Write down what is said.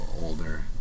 older